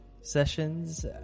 sessions